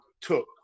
took